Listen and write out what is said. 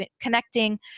connecting